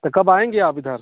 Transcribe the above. तो कब आएंगे आप इधर